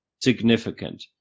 significant